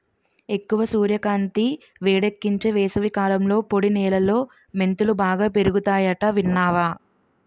ఎక్కువ సూర్యకాంతి, వేడెక్కించే వేసవికాలంలో పొడి నేలలో మెంతులు బాగా పెరుగతాయట విన్నావా